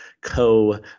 co